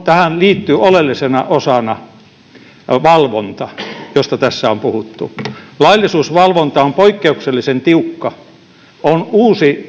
tähän liittyy oleellisena osana valvonta josta tässä on puhuttu laillisuusvalvonta on poikkeuksellisen tiukka on uusi